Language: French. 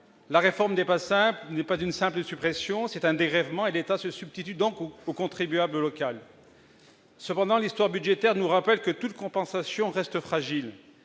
réforme ne consiste pas en une simple suppression ; il s'agit d'un dégrèvement, l'État se substituant donc au contribuable local. Cependant, l'histoire budgétaire nous rappelle que toute compensation reste fragile.